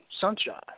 sunshine